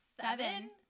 seven